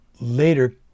later